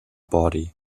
body